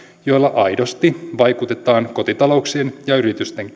joilla aidosti vaikutetaan kotitalouksien ja yritysten